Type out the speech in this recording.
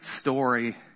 story